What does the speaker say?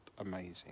amazing